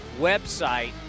website